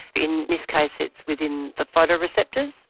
in this case it's within the photo receptors.